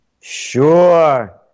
Sure